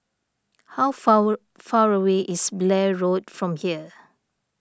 how far far away is Blair Road from here